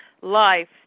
life